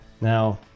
now